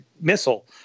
missile